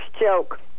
joke